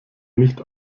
nicht